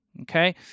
Okay